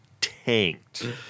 tanked